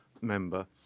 member